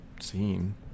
scene